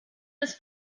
ist